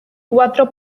cuatro